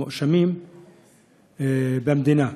המואשמים, במדינה.